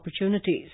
opportunities